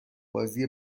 بازی